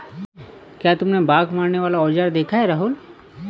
क्या तुमने बाघ मारने वाला औजार देखा है राहुल?